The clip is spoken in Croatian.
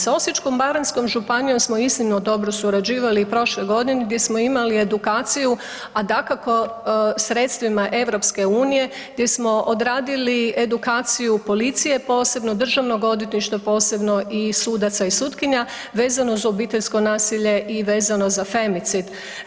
S Osječko-baranjskom županijom smo iznimno dobro surađivali i prošle godine gdje smo imali edukaciju a dakako sredstvima EU-a gdje smo odradili edukacije policije posebno, Državnog odvjetništva posebno i sudaca i sutkinja vezano uz obiteljsko nasilje i vezano za femicid.